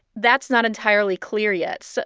that's not entirely clear yet. so